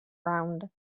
round